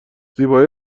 زیبایی